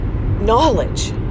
knowledge